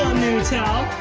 new towel!